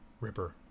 Ripper